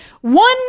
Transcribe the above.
one